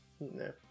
No